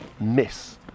Miss